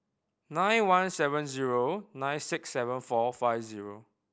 nine one seven zero nine six seven four five zero